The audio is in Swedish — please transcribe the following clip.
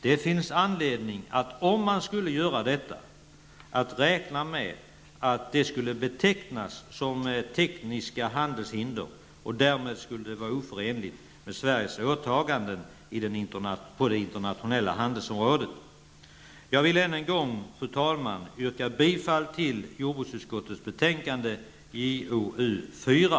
Om man skulle göra detta finns anledning att räkna med att detta skulle betecknas som tekniska handelshinder och därmed vara oförenligt med Sveriges åtaganden på det internationella handelsområdet. Fru talman! Jag vill än en gång yrka bifall till hemställan i jordbruksutskottets betänkande JoU4.